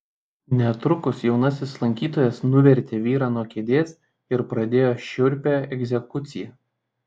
netrukus jaunasis lankytojas nuvertė vyrą nuo kėdės ir pradėjo šiurpią egzekuciją